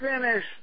Finish